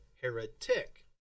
heretic